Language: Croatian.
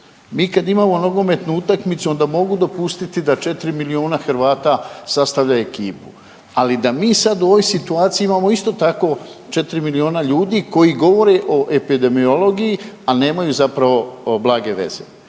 Mi kad imamo nogometnu utakmicu onda mogu dopustiti da 4 milijuna Hrvata sastavlja ekipu, ali da mi sad u ovoj situaciji imamo isto tako 4 miliona ljudi koji govore o epidemiologiji a nemaju zapravo blage veze.